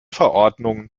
verordnungen